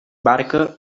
barca